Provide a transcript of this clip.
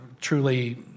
truly